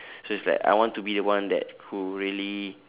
so it's like I want to be the one that who really